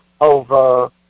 over